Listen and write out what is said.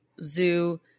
zoo